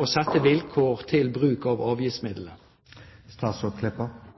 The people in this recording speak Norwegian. å sette vilkår for bruk av